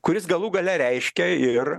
kuris galų gale reiškia ir